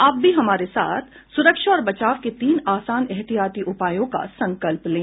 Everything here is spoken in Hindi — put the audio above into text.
आप भी हमारे साथ सुरक्षा और बचाव के तीन आसान एहतियाती उपायों का संकल्प लें